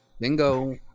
Bingo